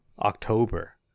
October